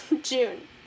June